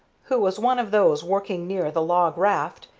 who was one of those working near the log raft,